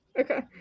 Okay